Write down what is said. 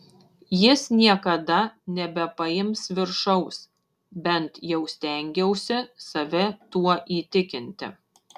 jis niekada nebepaims viršaus bent jau stengiausi save tuo įtikinti